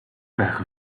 байх